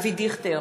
אבי דיכטר,